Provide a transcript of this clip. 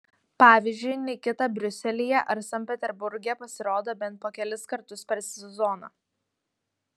pavyzdžiui nikita briuselyje ar sankt peterburge pasirodo bent po kelis kartus per sezoną